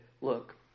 look